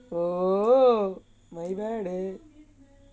oh என்னடி:ennadi